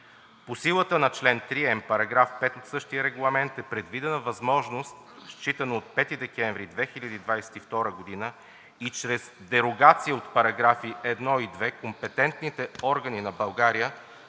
По силата на чл. 3м, § 5 от същия регламент е предвидена възможност, считано от 5 декември 2022 г. и чрез дерогация от параграфи 1 и 2, компетентните органи на България